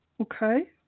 Okay